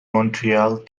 montreal